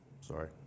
Sorry